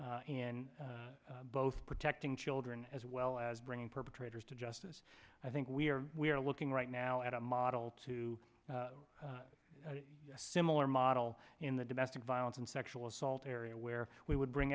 in both protecting children as well as bringing perpetrators to justice i think we are we are looking right now at a model to a similar model in the domestic violence and sexual assault area where we would bring